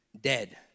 dead